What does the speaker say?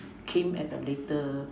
came at a later